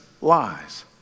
lies